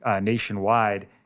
nationwide